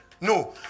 No